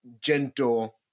gentle